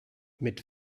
mit